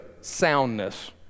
soundness